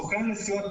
סוכן הנסיעות,